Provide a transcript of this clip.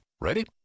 Ready